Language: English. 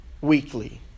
weekly